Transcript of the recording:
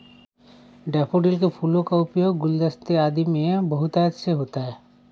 daffodil के फूलों का उपयोग गुलदस्ते आदि में बहुतायत से होता है